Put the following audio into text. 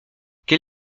quel